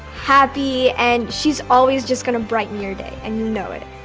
happy and she's always just gonna brighten your day and you know it.